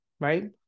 right